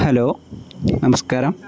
hello നമസ്കാരം